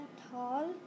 tall